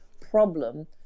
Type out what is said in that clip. problem